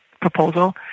proposal